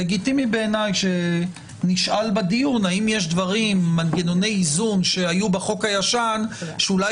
לגיטימי בעיניי שנשאל בדיון האם יש מנגנוני איזון שהיו בחוק הישן שאולי